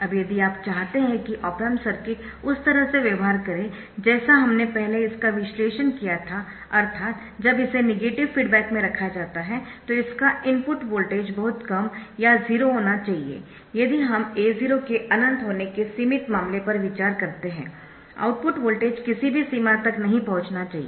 अब यदि आप चाहते है कि ऑप एम्प सर्किट उस तरह से व्यवहार करे जैसा हमने पहले इसका विश्लेषण किया था अर्थात जब इसे नेगेटिव फीडबैक में रखा जाता है तो इसका इनपुट वोल्टेज बहुत कम या 0 होना चाहिए यदि हम A0 के अनंत होने के सीमित मामले पर विचार करते है आउटपुट वोल्टेज किसी भी सीमा तक नहीं पहुंचना चाहिए